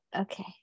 Okay